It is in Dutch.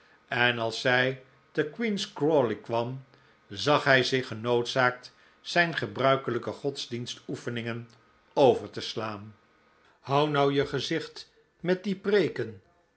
en als zij te queen's crawley kwam zag hij zich genoodzaakt zijn gebruikelijke godsdienstoefeningen over te slaan hou nou je gezicht met die preeken